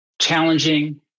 challenging